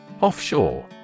Offshore